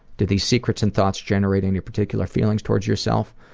do these secrets and thoughts generate any particular feelings towards yourself?